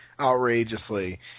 outrageously